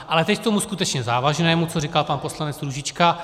Ale teď k tomu skutečně závažnému, co říkal pan poslanec Růžička.